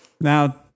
Now